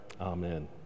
Amen